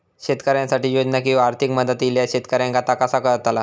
शेतकऱ्यांसाठी योजना किंवा आर्थिक मदत इल्यास शेतकऱ्यांका ता कसा कळतला?